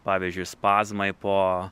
pavyzdžiui spazmai po